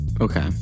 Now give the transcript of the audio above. Okay